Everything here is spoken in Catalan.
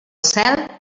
cel